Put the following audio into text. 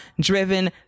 driven